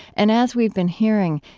and as we've been hearing,